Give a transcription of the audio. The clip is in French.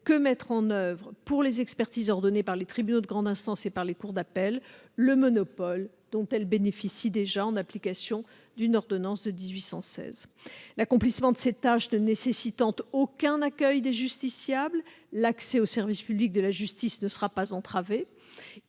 que mettre en oeuvre, pour les expertises ordonnées par les tribunaux de grande instance et par les cours d'appel, le monopole dont la CDC bénéficie déjà en application d'une ordonnance de 1816. L'accomplissement de cette tâche ne nécessitant aucun accueil des justiciables, l'accès au service public de la justice ne sera pas entravé.